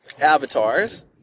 avatars